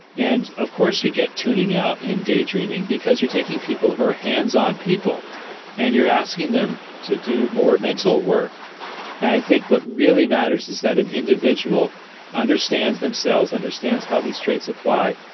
and of course you get tuning out and daydreaming because you're taking people who are hands-on people and you're asking them to do more mental work. and i think what really matters is that an individual understands themselves, understands how these traits apply,